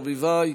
אורנה ברביבאי,